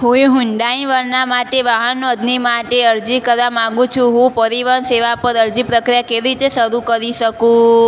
હું Hyundai Verna માટે વાહન નોંધણી માટે અરજી કરવા માંગુ છું હું પરિવહન સેવા પર અરજી પ્રક્રિયા કેવી રીતે શરૂ કરી શકું